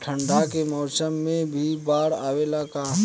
ठंडा के मौसम में भी बाढ़ आवेला का?